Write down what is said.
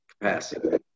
capacity